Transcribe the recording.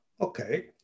okay